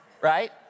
right